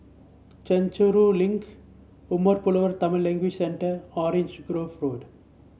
Chencharu Link Umar Pulavar Tamil Language Centre Orange Grove Road